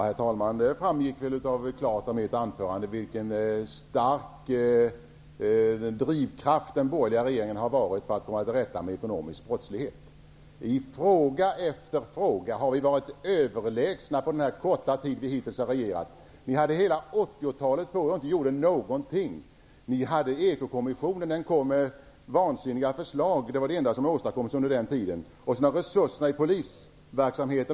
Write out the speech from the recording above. Herr talman! Det framgick väl klart av mitt anförande vilken stark drivkraft den borgergerliga regeringen har varit för att komma till rätta med ekonomisk brottslighet. I fråga efter fråga har regeringen under den korta tid som den hittills har regerat varit överlägsen. Ni hade hela 80-talet på er, men ni gjorde ingenting. Det enda som ni åstadkom var att tillsätta Ekokommissionen, som kom med vansinniga förslag.